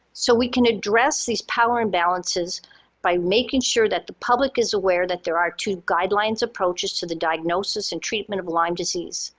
so we can address these power imbalances by making sure that the public is aware that there are two guidelines approaches to the diagnosis and treatment of lyme disease.